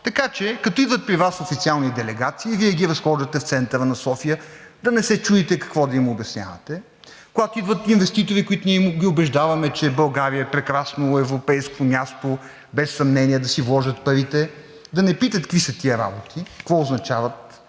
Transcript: Така че, когато идват при Вас официални делегации и Вие ги разхождате в центъра на София, да не се чудите какво да им обяснявате, когато идват инвеститори, които убеждаваме, че България е прекрасно европейско място, без съмнение да си вложат парите и да не питат: какви са тези работи, какво означават,